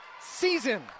season